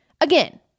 Again